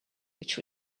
which